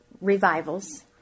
revivals